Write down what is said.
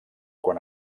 quan